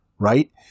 Right